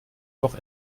doch